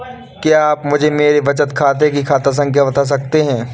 क्या आप मुझे मेरे बचत खाते की खाता संख्या बता सकते हैं?